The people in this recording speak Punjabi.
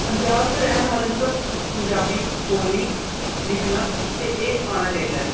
ਪੰਜਾਬ 'ਚ ਰਹਿਣ ਵਾਲੇ ਨੂੰ ਤਾਂ ਪੰ ਪੰਜਾਬੀ ਬੋਲਣੀ ਲਿਖਣਾ ਅਤੇ ਇਹ ਆਉਣਾ ਚਾਹੀਦਾ